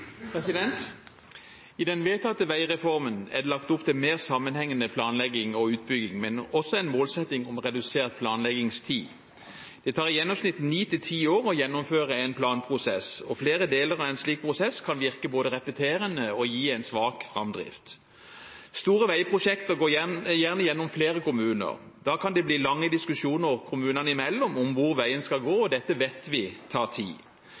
I den vedtatte veireformen er det lagt opp til mer sammenhengende planlegging og utbygging, men også en målsetting om redusert planleggingstid. Det tar i gjennomsnitt ni til ti år å gjennomføre en planprosess, og flere deler av en slik prosess kan virke både repeterende og gi en svak framdrift. Store veiprosjekter går gjerne gjennom flere kommuner. Da kan det bli lange diskusjoner kommunene imellom om hvor veien skal gå, og dette vet vi tar tid.